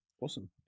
Awesome